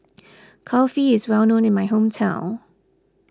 Kulfi is well known in my hometown